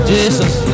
Jesus